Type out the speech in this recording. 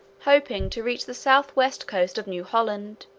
hoping to reach the south-west coast of new holland,